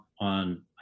on